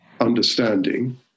understanding